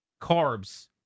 carbs